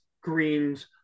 greens